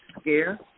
scare